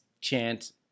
chance